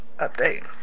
update